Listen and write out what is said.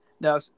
Now